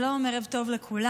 שלום, ערב טוב לכולם.